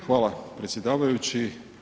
Hvala predsjedavajući.